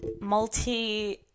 multi